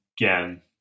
Again